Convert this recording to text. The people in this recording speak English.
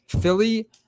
Philly